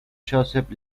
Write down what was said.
joseph